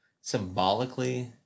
symbolically